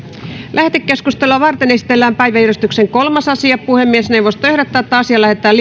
lähetekeskustelua varten esitellään päiväjärjestyksen kolmas asia puhemiesneuvosto ehdottaa että asia lähetetään